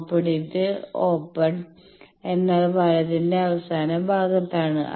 ഓപ്പണിന് open എന്നാൽ വലതിന്റെ അവസാന ഭാഗത്താണ്